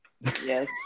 Yes